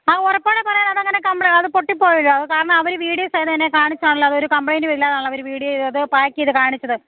അ ഉറപ്പാണ് പറയാൻ അതങ്ങനെ കമ്പ്ലൈ പൊട്ടിപ്പോകില്ല കാരണം അവർ വീഡിയോ സഹിതമെന്നെ കാണിച്ചതാണല്ലൊ അതൊരു കമ്പ്ലൈൻ്റുമില്ലാതാണല്ലൊ അവർ വീഡിയോ ഇത് പേക്ക് ചെയ്തു കാണിച്ചത്